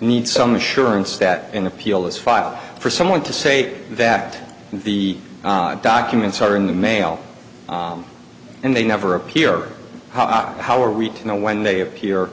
need some assurance that an appeal is filed for someone to say that the documents are in the mail and they never appear how are we to know when they appear